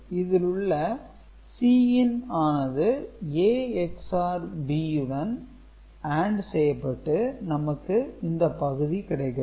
S A ⊕ B ⊕ Cin இதில் உள்ள Cin ஆனது A XOR B உடன் AND செய்யப்பட்டு நமக்கு இந்த பகுதி கிடைக்கிறது